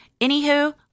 Anywho